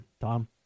Tom